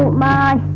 my